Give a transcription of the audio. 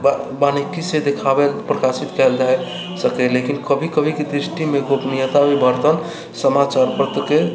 बारीकी से देखाबै प्रकाशित कयल जा सकै लेकिन कभी कभीके दृष्टिमे गोपनीयता भी समाचार पत्रके